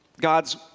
God's